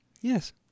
Yes